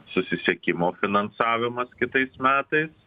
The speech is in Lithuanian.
susisiekimo finansavimas kitais metais